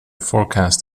forecast